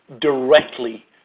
directly